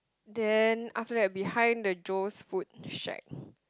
then after that behind the Joe's food shack